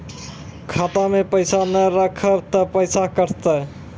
खाता मे पैसा ने रखब ते पैसों कटते?